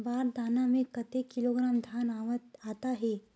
बार दाना में कतेक किलोग्राम धान आता हे?